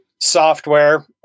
software